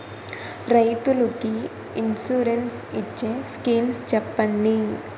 రైతులు కి ఇన్సురెన్స్ ఇచ్చే స్కీమ్స్ చెప్పండి?